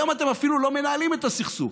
היום אתם אפילו לא מנהלים את הסכסוך,